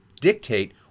dictate